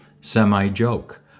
semi-joke